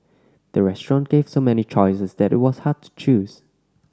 the restaurant gave so many choices that it was hard to choose